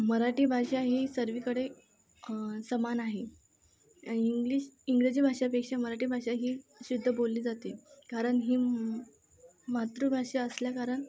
मराठी भाषा ही सर्वकडे समान आहे इंग्लिश इंग्रजी भाषापेक्षा मराठी भाषा ही शुद्ध बोलली जाते कारण ही मातृभाषा असल्या कारण